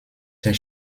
ces